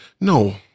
No